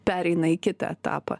pereina į kitą etapą